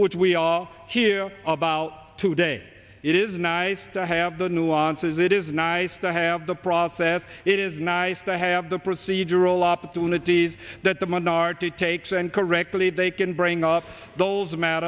which we are here about today it is nice to have the nuances it is nice to have the process it is nice to have the procedural opportunities that the monarchy takes and correctly they can bring up those